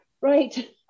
Right